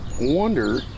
wonder